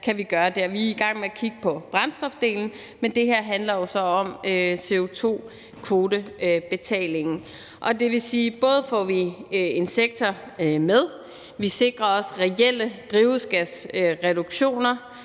vi er i gang med at kigge på brændstofdelen. Men det her handler jo så om CO2-kvotebetalingen, og det vil sige, at vi både får en sektor med, og at vi også sikrer reelle drivhusgasreduktioner